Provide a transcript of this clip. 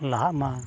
ᱞᱟᱦᱟᱜ ᱢᱟ